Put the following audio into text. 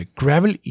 gravel